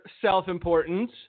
self-importance